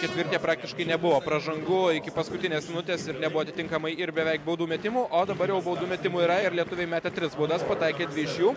ketvirtyje praktiškai nebuvo pražangų iki paskutinės minutės ir nebuvo atitinkamai ir beveik baudų metimų o dabar jau baudų metimų yra ir lietuviai metė tris baudas pataikė dvi iš jų